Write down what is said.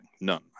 None